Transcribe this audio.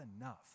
enough